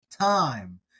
time